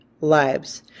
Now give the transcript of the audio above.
lives